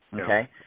Okay